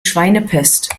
schweinepest